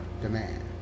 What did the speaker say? demand